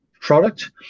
product